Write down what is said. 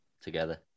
together